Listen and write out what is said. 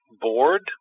bored